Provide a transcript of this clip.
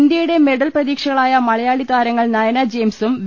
ഇന്ത്യയുടെ മെഡൽ പ്രതീക്ഷകളായ മലയാളി താരങ്ങൾ നയന ജെയിംസും വി